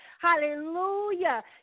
hallelujah